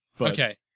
Okay